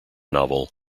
novel